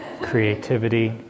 creativity